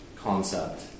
concept